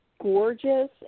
gorgeous